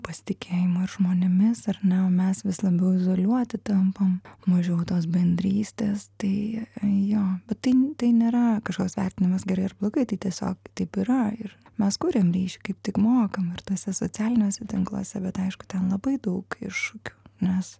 pasitikėjimo ir žmonėmis ar ne o mes vis labiau izoliuoti tampam mažiau tos bendrystės tai jo tai tai nėra kažkoks vertinamas gerai ar blogai tai tiesiog taip yra ir mes kuriam ryšį kaip tik mokam ir tuose socialiniuose tinkluose bet aišku ten labai daug iššūkių nes